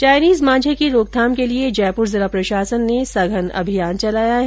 Chinese मांझे की रोकथाम के लिए जयपुर जिला प्रशासन ने सघन अभियान चलाया है